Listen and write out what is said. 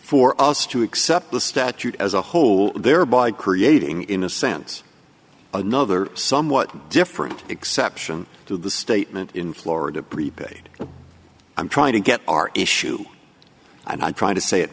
for us to accept the statute as a whole thereby creating in a sense another somewhat different exception to the statement in florida prepaid i'm trying to get our issue i'm trying to say it